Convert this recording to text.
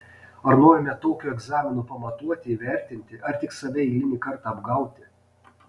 ar norime tokiu egzaminu pamatuoti įvertinti ar tik save eilinį kartą apgauti